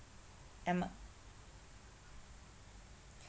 um